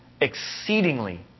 exceedingly